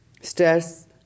Stress